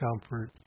comfort